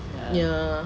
ya